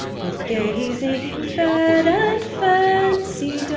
with gazing fed and fancy